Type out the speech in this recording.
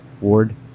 Ward